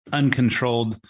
uncontrolled